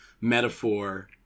metaphor